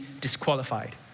disqualified